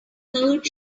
third